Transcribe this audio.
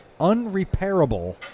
unrepairable